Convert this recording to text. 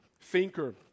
thinker